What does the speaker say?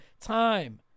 time